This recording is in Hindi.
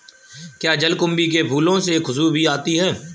क्या जलकुंभी के फूलों से खुशबू भी आती है